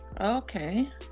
Okay